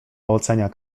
ocenia